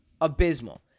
Abysmal